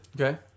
okay